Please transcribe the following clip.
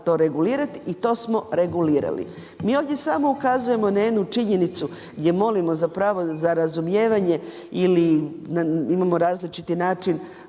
to regulirati i to smo regulirali. Mi ovdje samo ukazujemo na jednu činjenicu gdje molimo zapravo za razumijevanje ili imamo različiti način